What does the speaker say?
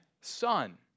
son